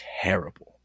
terrible